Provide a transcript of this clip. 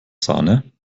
sahne